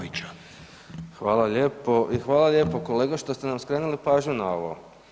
I hvala lijepo kolega što ste nam skrenuli pažnju na ovo.